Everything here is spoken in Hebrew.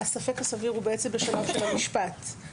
הספק הסביר הוא בשלב של המשפט.